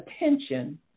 attention